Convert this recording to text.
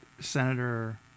Senator